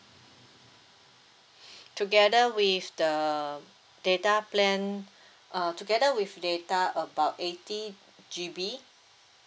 together with the data plan uh together with data about eighty G_B